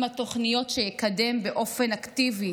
התוכניות שיקדם אבי מעוז באופן אקטיבי.